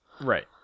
Right